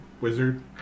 wizard